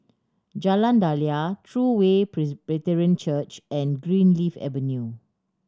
Jalan Daliah True Way Presbyterian Church and Greenleaf Avenue